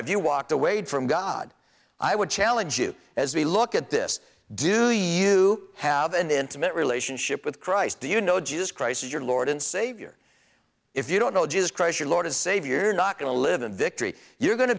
if you walked away from god i would challenge you as we look at this do you have an intimate relationship with christ you know jesus christ as your lord and savior if you don't know jesus christ your lord and savior not going to live in victory you're going to